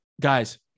Guys